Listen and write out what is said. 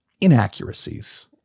inaccuracies